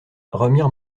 remire